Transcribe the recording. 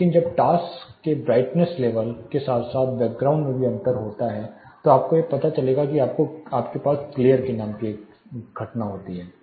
इसलिए जब टास्क के ब्राइटनेस लेवल के साथ साथ बैकग्राउंड में भी अंतर होता है तो आपको पता चलेगा कि आपको ग्लेर नाम की घटना होती है